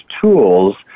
tools